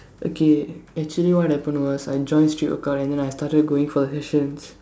okay actually what happened was I joined street go kart then I started going for sessions